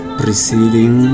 preceding